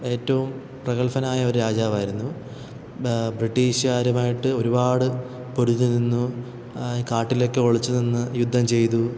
ഏറ്റവും പ്രഗല്ഭനായ ഒരു രാജാവായിരുന്നു ബ്രിട്ടീഷുകാരുമായിട്ട് ഒരുപാട് പൊരുതിനിന്നു കാട്ടിലൊക്കെ ഒളിച്ചുനിന്ന് യുദ്ധം ചെയ്തു